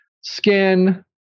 skin